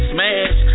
Smash